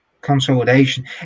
Consolidation